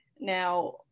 Now